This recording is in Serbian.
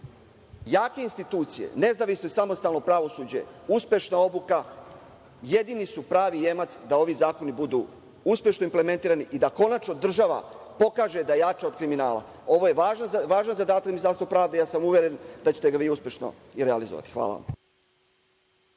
Jake institucije, nezavisno i samostalno pravosuđe, uspešna obuka jedini su pravi jemac da ovi zakoni budu uspešno implementirani i da konačno država pokaže da je jača od kriminala. Ovo je važan zadatak za Ministarstvo pravde i uveren sam da ćete ga vi uspešno i realizovati. Hvala vam.